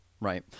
Right